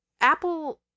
Apple